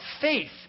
faith